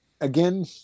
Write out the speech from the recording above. again